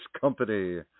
company